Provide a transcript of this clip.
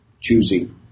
choosing